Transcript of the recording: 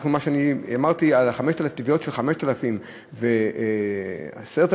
מה שאמרתי על תביעות של 5,000 שקל ו-10,000